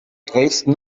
dresden